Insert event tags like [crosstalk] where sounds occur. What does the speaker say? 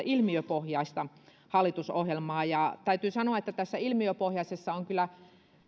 [unintelligible] ilmiöpohjaista hallitusohjelmaa täytyy sanoa että tässä ilmiöpohjaisessa on kyllä